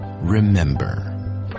remember